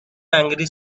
angry